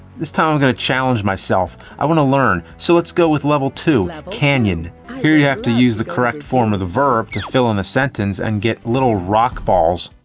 this time i'm gonna challenge myself. i want to learn, so let's go with level two canyon. here, you have to use the correct form of the verb to fill in the sentence and get little rock balls.